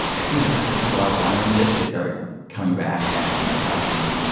as soon as a customer puts a lot of volume into this, they start coming back and asking about pricing. and